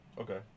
Okay